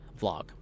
vlog